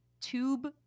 tube